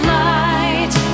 light